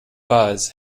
buzz